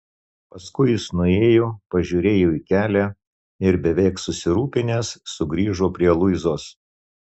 paskui jis nuėjo pažiūrėjo į kelią ir beveik susirūpinęs sugrįžo prie luizos